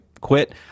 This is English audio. Quit